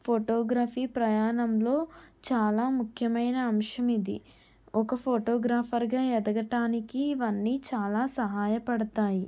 photography ప్రయాణంలో చాలా ముఖ్యమైన అంశం ఇది ఒక ఫోటోగ్రాఫర్గా ఎదగటానికి ఇవన్నీ చాలా సహాయపడతాయి